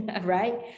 right